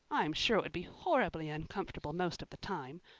i'm sure it would be horribly uncomfortable most of the time.